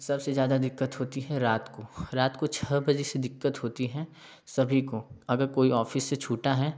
सब ज़्यादा दिक्कत होती है रात को रात को छः बजे से दिक्कत होती है सभी को अगर कोई ऑफिस से छूटा है